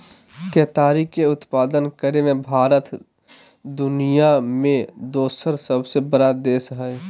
केताड़ी के उत्पादन करे मे भारत दुनिया मे दोसर सबसे बड़ा देश हय